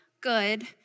good